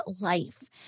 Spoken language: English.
life